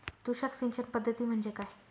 तुषार सिंचन पद्धती म्हणजे काय?